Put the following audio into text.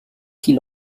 qu’il